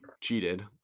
cheated